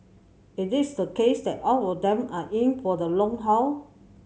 is this the case that all of them are in for the long haul